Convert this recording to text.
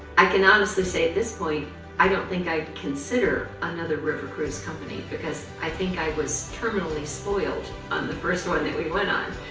i can honestly say at this point i don't think i'd consider another river cruise company because i think i was terminally spoiled on the first one that we went on.